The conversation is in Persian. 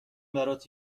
برات